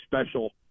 special